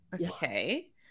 okay